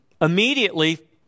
immediately